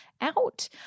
out